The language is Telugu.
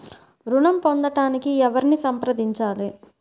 ఋణం పొందటానికి ఎవరిని సంప్రదించాలి?